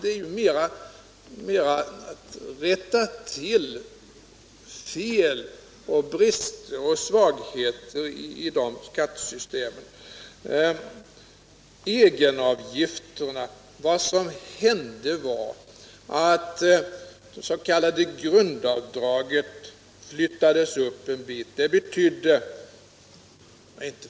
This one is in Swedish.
Det gäller alltså att rätta till fel och brister i skattesystemet. Vad som hände beträffande egenavgifterna var att det s.k. grundavdraget flyttades upp en bit.